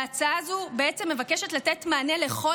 ההצעה הזו בעצם מבקשת לתת מענה לכל